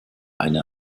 eine